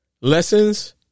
lessons